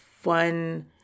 fun